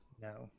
No